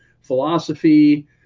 philosophy